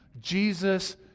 Jesus